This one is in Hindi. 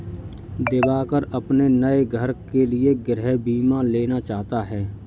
दिवाकर अपने नए घर के लिए गृह बीमा लेना चाहता है